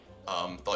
Thought